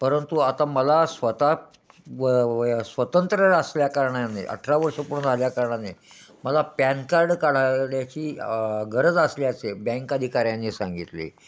परंतु आता मला स्वतः व व स्वतंत्र्य असल्याकारणाने अठरा वर्षं पूर्ण झाल्याकारणाने मला पॅन कार्ड काढण्याची गरज असल्याचे बँक अधिकऱ्यांनी सांगितले